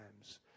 times